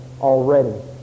already